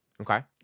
Okay